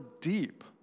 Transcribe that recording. deep